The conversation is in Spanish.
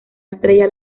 estrella